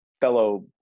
fellow